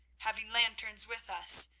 having lanterns with us,